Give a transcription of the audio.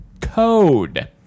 code